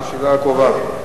אבל בישיבה קרובה.